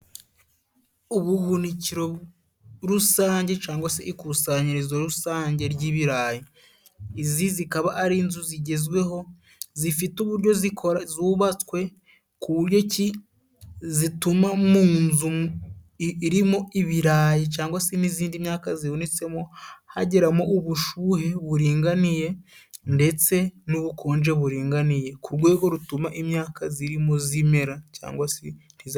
Ubuhunikiro rusange cyangwa se ikusanyirizo rusange ry'ibirayi, izi zikaba ari inzu zigezweho zifite uburyo zikora zubatswe, ku buryo ki zituma mu nzu i... irimo ibirayi cyangwa se n'izindi myaka zibonetsemo hagiramo ubushuhe buringaniye ndetse n'ubukonje buringaniye, ku rwego rutuma imyaka zirimo zimera cangwa si ntizangirike.